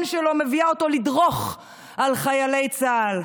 שלו מביאה אותו לדרוך על חיילי צה"ל.